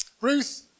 Ruth